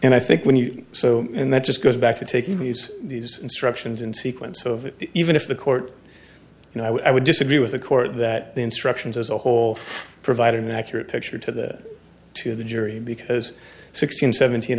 and i think when you so and that just goes back to taking these these instructions in sequence of it even if the court and i would disagree with the court that the instructions as a whole provide an accurate picture to that to the jury because sixteen seventeen